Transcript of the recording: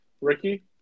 Ricky